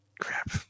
crap